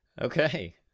Okay